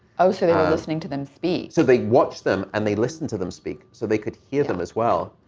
oh, so they are listening to them speak? matt so they watched them, and they listen to them speak. so they could hear them as well.